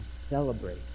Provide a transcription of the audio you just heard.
celebrate